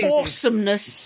awesomeness